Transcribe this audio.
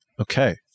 Okay